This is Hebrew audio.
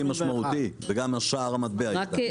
משמעותי, וגם שער המטבע השתנה.